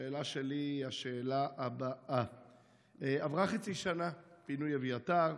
השאלה שלי היא השאלה הבאה: עברה חצי שנה מפינוי אביתר.